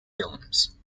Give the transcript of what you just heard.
films